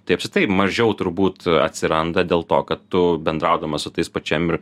tai apskritai mažiau turbūt atsiranda dėl to kad tu bendraudamas su tais pačiam ir